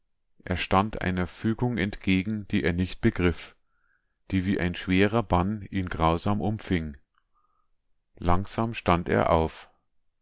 er stand einer fügung entgegen die er nicht begriff die wie ein schwerer bann ihn grausam umfing langsam stand er auf